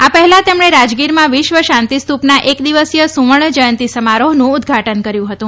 આ પહેલ તેમણે રાજગીરમાં વિશ્વ શાંતિ સ્તુપના એક દિવસીય સુવર્ણ જયંતી સમારોહનું ઉદ્વાટન કર્યું હતું